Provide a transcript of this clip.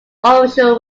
official